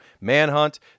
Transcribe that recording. Manhunt